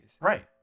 Right